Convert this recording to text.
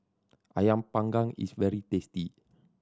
Ayam Panggang is very tasty